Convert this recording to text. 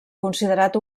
considerat